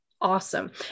awesome